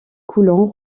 coulon